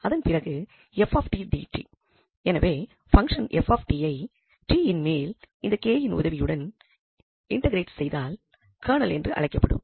அதன் பிறகு எனவேஃபங்ஷன் ஐ t யின் மேல் இந்த k யின் உதவியுடன் இண்டெக்ரெட் செய்தால் கெர்னல் என அழைக்கப்படும்